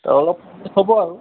অলপ হ'ব আৰু